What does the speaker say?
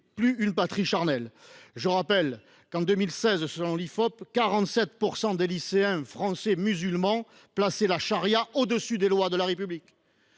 mais une vague idée. Je rappelle qu’en 2016, selon l’Ifop, 47 % des lycéens français musulmans plaçaient la charia au dessus des lois de la République.